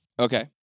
Okay